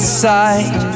side